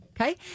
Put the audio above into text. Okay